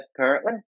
currently